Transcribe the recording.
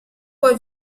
poi